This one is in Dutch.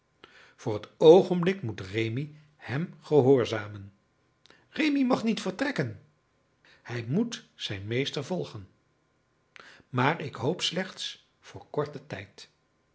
voor het oogenblik moet rémi hem gehoorzamen rémi mag niet vertrekken hij moet zijn meester volgen maar ik hoop slechts voor korten tijd